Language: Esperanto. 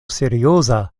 serioza